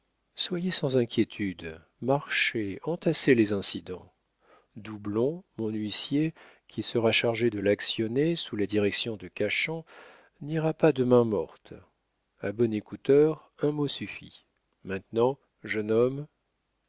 soyez sans inquiétude marchez entassez les incidents doublon mon huissier qui sera chargé de l'actionner sous la direction de cachan n'ira pas de main morte a bon écouteur un mot suffit maintenant jeune homme